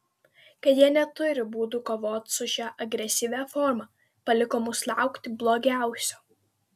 kad jie neturi būdų kovoti su šia agresyvia forma paliko mus laukti blogiausio